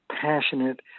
passionate